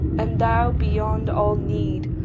and thou beyond all need,